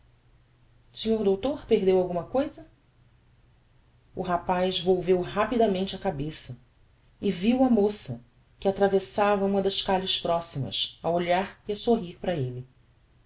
sr doutor perdeu alguma cousa o rapaz volveu rapidamente a cabeça e viu a moça que atravessava uma das calhes proximas a olhar e a sorrir para elle